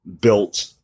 built